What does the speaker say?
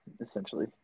essentially